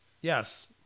Yes